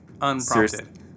unprompted